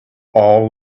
all